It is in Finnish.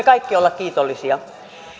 kaikki olla kiitollisia